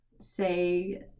say